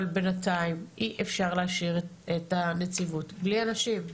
אבל בינתיים אי אפשר להשאיר את הנציבות בלי אנשים.